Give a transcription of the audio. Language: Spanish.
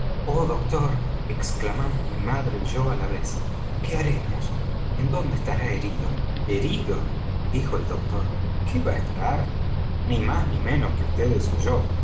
oh doctor exclamamos mi madre y yo á la vez qué haremos en dónde estará herido herido dijo el doctor qué va á estarlo ni más ni menos que ustedes ó